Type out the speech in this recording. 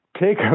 take